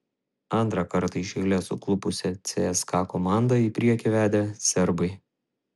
antrą kartą iš eilės suklupusią cska komandą į priekį vedė serbai